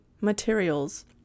materials